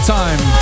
time